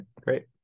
Great